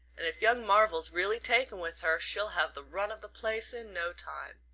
and if young marvell's really taken with her she'll have the run of the place in no time.